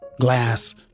Glass